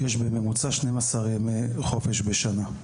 יש בממוצע 12 ימי חופשה בשנה.